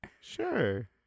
Sure